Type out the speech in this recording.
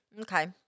Okay